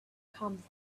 come